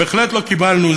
בהחלט לא קיבלנו,